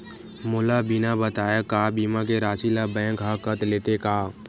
मोला बिना बताय का बीमा के राशि ला बैंक हा कत लेते का?